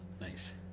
Nice